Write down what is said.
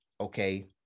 okay